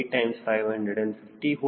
TW0